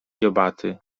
dziobaty